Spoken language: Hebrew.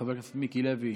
חבר הכנסת מיקי לוי,